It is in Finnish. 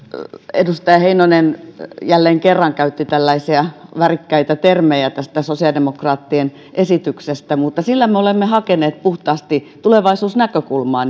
edustaja heinonen jälleen kerran käytti värikkäitä termejä tästä sosiaalidemokraattien esityksestä mutta sillä me olemme hakeneet puhtaasti tulevaisuusnäkökulmaa